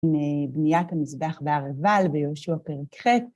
מבניית המזבח בהר עיבל ביהושע פרק ח׳